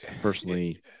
personally